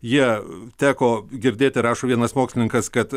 jie teko girdėti rašo vienas mokslininkas kad